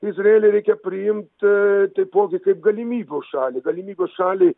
izraelį reikia priimt aa taipogi kaip galimybių šalį galimybių šalį